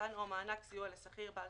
שכיר בעל